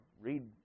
read